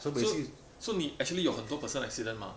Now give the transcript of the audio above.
so so 你 actually 有很多 personal accident mah